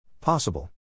Possible